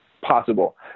possible